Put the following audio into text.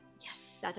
Yes